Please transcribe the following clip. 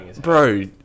Bro